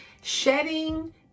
Shedding